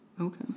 okay